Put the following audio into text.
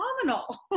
phenomenal